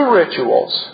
rituals